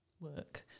work